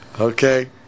Okay